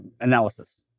analysis